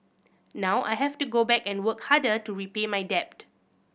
now I have to go back and work harder to repay my debt